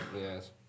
yes